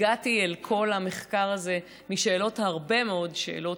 הגעתי אל כל המחקר הזה מהרבה מאוד שאלות,